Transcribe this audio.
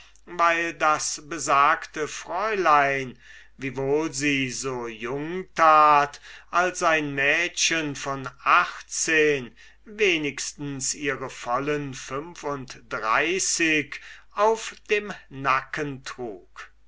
weil das besagte fräulein wiewohl sie so jung tat als ein mädchen von achtzehn wenigstens ihre volle fünf und dreißig auf dem nacken trug